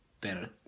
better